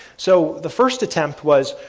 so, the first attempt was,